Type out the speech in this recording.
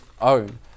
own